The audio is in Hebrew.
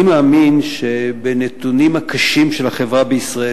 אני מאמין שבנתונים הקשים של החברה בישראל,